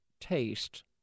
taste